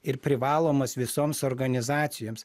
ir privalomas visoms organizacijoms